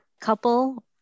couple